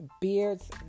Beards